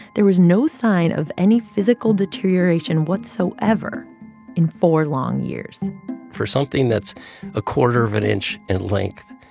there was no sign of any physical deterioration whatsoever in four long years for something that's a quarter of an inch in length,